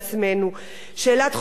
שאלת חופש הביטוי,